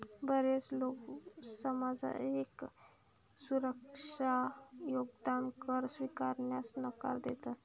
बरेच लोक सामाजिक सुरक्षा योगदान कर स्वीकारण्यास नकार देतात